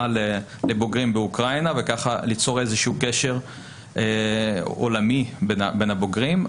לבוגרים באוקראינה וככה ליצור איזה שהוא קשר עולמי בין הבוגרים.